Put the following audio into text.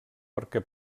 perquè